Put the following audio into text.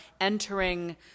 entering